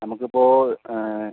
നമുക്കിപ്പോൾ